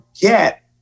get